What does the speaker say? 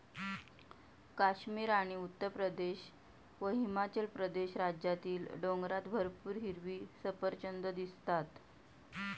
काश्मीर आणि उत्तरप्रदेश व हिमाचल प्रदेश राज्यातील डोंगरात भरपूर हिरवी सफरचंदं दिसतात